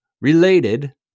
related